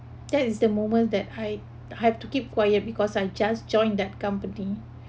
that is the moment that I have to keep quiet because I just join that company